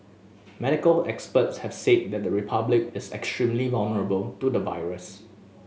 medical experts have said that the Republic is extremely vulnerable to the virus